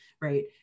right